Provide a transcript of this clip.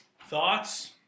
Thoughts